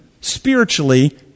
spiritually